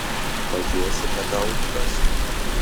pažėsi kada autikas